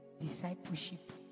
Discipleship